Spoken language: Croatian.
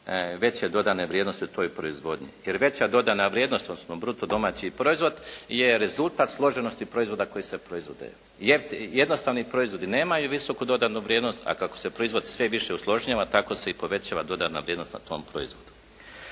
veće dodane vrijednosti u toj proizvodnji jer veća dodana vrijednost, odnosno bruto domaći proizvod je rezultat složenosti proizvoda koji se proizvode. Jednostavni proizvodi nemaju visoku dodanu vrijednost, a kako se proizvod sve više usložnjava, tako se i povećava dodana vrijednost na tom proizvodu.